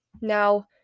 Now